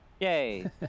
Yay